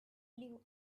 blue